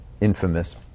infamous